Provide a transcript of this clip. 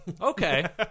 Okay